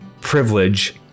privilege